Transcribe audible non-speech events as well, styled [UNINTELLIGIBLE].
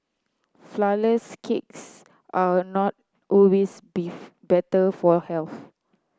flourless cakes are not always [UNINTELLIGIBLE] better for health